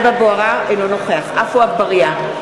שב במקומך.